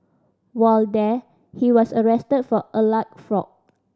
while there he was arrested for alleged fraud